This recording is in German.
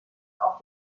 auch